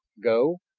go?